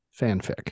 fanfic